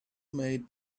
made